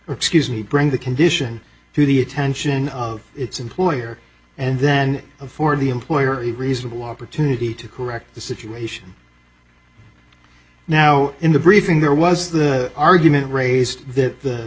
excuse me bring the condition to the attention of its employer and then afford the employer a reasonable opportunity to correct the situation now in the briefing there was the argument raised that